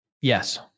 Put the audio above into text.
Yes